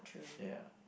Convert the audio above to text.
ya